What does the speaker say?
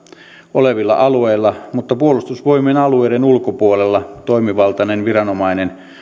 olevilla alueilla mutta puolustusvoimien alueiden ulkopuolella toimivaltainen viranomainen